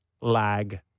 lag